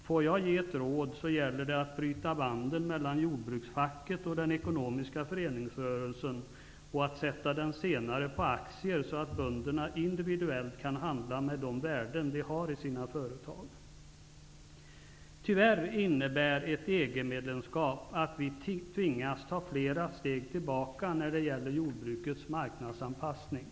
Får jag ge ett råd, gäller det att bryta banden mellan jordbruksfacket och den ekonomiska föreningsrörelsen och att sätta den senare på aktier, så att bönderna individuellt kan handla med de värden de har i sina företag. Tyvärr innebär ett EG-medlemskap att vi tvingas att ta flera steg tillbaka när det gäller jordbrukets marknadsanpassning.